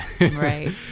Right